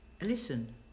Listen